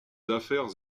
affaires